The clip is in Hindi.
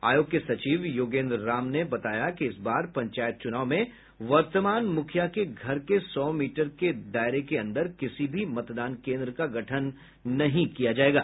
आयोग के सचिव योगेन्द्र राम ने बताया कि इस बार पंचायत चुनाव में वर्तमान मूखिया के घर के सौ मीटर के अन्दर किसी भी मतदान केन्द्र का गठन नहीं किया जायेगा